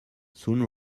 soon